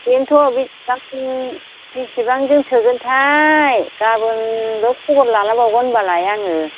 बेनोथ' बिसिबांसिम बेसेबांजों थोगोनथाय गाबोनबो खबर लालायबावगोन होम्बालाय आङो